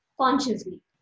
consciously